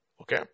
Okay